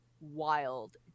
wild